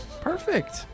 Perfect